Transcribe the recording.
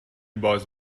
باز